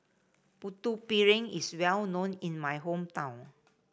Putu Piring is well known in my hometown